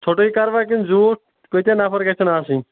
ژھوٚٹٕے کَرٕوا کِنہٕ زیوٗٹھ کۭتیٛاہ نَفر گَژھن آسٕنۍ